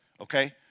Okay